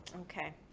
Okay